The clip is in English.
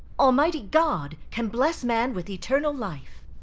almighty god can bless man with eternal life.